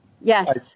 yes